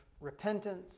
repentance